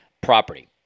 property